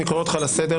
אני קורא אותך לסדר,